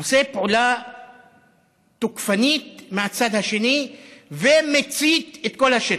עושה פעולה תוקפנית מהצד השני ומצית את כל השטח?